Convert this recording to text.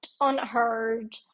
unheard